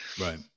Right